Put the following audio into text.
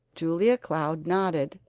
julia cloud nodded.